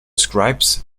scribes